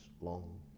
long